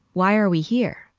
why are we here?